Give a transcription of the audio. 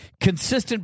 consistent